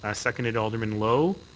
ah seconded, alderman lowe.